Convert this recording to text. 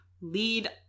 lead